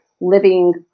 living